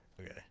Okay